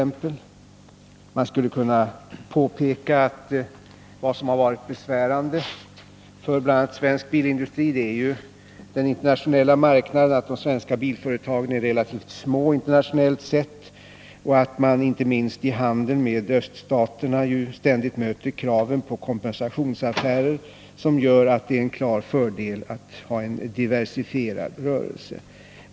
Man skulle kunna påpeka att något som har varit besvärande bl.a. för svensk bilindustri är att de svenska bilföretagen är relativt små på den internationella marknaden. Inte minst gäller att man i handeln med öststaterna ständigt möter krav på kompensationsaffärer, vilket gör att det är en klar fördel att ha en diversifierad rörelse.